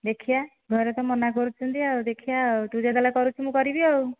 ଦେଖିବା ଘରେ ତ ମନା କରୁଛନ୍ତି ଆଉ ଦେଖିବା ଆଉ ତୁ ଯେତେବେଳେ କରୁଛୁ ମୁଁ କରିବି ଆଉ